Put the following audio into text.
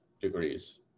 degrees